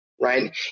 right